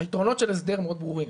שהיתרונות של הסדר מאוד ברורים.